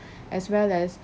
as well as